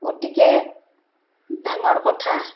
অতিকৈ ডাঙৰ কথা